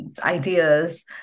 ideas